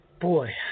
Boy